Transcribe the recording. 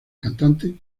cantante